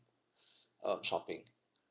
um shopping